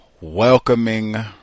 welcoming